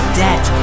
debt